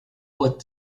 what